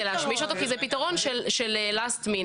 להשמיש אותו כי זה פתרון של last minute.